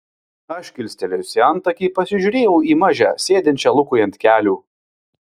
aš kilstelėjusi antakį pasižiūrėjau į mažę sėdinčią lukui ant kelių